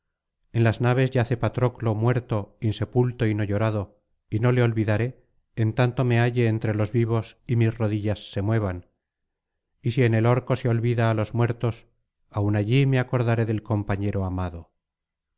en las naves yace patroclo muerto insepulto y no llorado y no le olvidaré en tanto me halle entre los vivos y mis rodillas se muevan y si en el orco se olvida á los muertos aun allí me acordaré del compañero amado